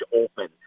open